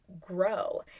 grow